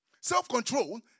Self-control